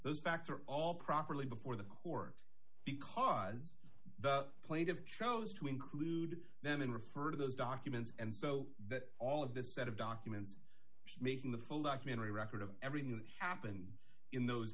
those facts are all properly before the court because the point of chose to include them and refer to those documents and so that all of the set of documents making the full documentary record of everything that happened in those